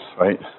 right